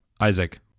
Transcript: Isaac